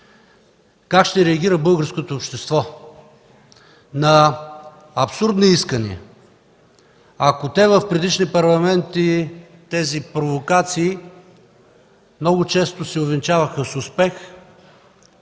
как ще реагира българското общество на абсурдни искания. Ако в предишни парламенти тези провокации много често се увенчаваха с успех,